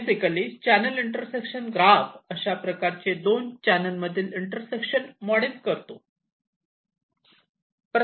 basically channel intersection graph अशा प्रकारचे दोन चॅनल मधील मध्ये इंटरसेक्शन मॉडेल करतो